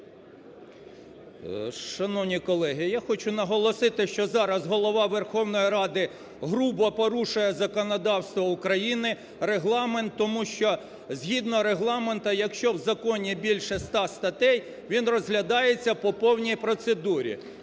Шановні колеги, я хочу наголосити, що зараз Голова Верховної Ради грубо порушує законодавство України, Регламент. Тому що згідно Регламенту, якщо в законі більше ста статей, він розглядається по повній процедурі.